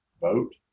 vote